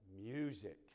music